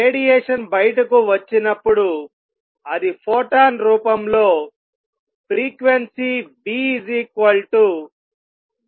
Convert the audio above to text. radiation బయటకు వచ్చినప్పుడు అది ఫోటాన్ రూపంలో ఫ్రీక్వెన్సీ v E తో వస్తుంది